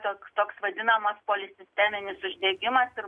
toks toks vadinamas polisisteminis uždegimas ir